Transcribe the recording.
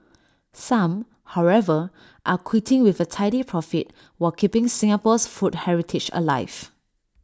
some however are quitting with A tidy profit while keeping Singapore's food heritage alive